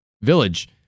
village